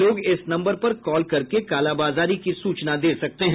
लोग इस नम्बर पर कॉल करके कालाबाजारी की सूचना दे सकते हैं